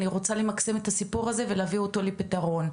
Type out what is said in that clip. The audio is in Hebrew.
אני רוצה למקסם את הסיפור הזה ולהביא אותו לפתרון,